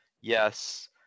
yes